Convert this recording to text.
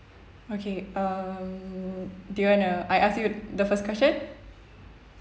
okay um do you wanna I ask you the first question